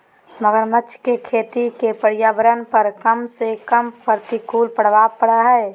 मगरमच्छ के खेती के पर्यावरण पर कम से कम प्रतिकूल प्रभाव पड़य हइ